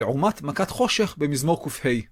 לעומת מכת חושך במזמור קוף הא